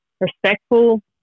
respectful